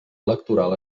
electoral